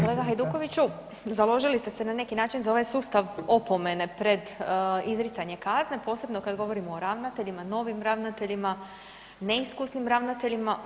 Kolega Hajdukoviću založili ste se na neki način za ovaj sustav opomene pred izricanje kazne posebno kada govorimo o ravnateljima, novim ravnateljima, neiskusnim ravnateljima.